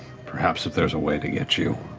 perhaps, if there's a way to get you,